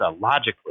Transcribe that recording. logically